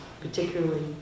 particularly